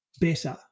better